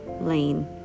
lane